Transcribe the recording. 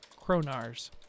kronars